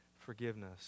Forgiveness